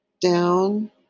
down